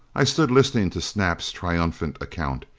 i stood listening to snap's triumphant account.